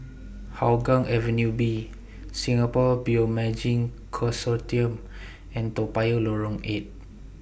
Hougang Avenue B Singapore Bioimaging Consortium and Toa Payoh Lorong eight